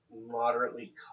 moderately